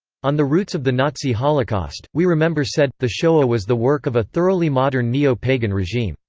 on the roots of the nazi holocaust, we remember said the shoah was the work of a thoroughly modern neo-pagan regime.